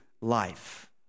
life